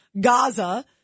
Gaza